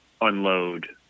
unload